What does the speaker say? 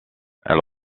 elle